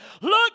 Look